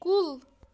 کُل